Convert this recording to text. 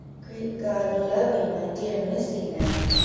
great god lovee my dear missy now!